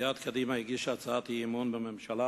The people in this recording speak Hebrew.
סיעת קדימה הגישה הצעת אי-אמון בממשלה